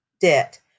debt